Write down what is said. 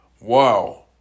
Wow